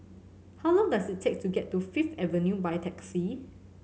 how long does it take to get to Fifth Avenue by taxi